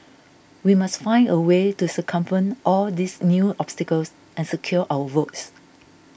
we must find a way to circumvent all these new obstacles and secure our votes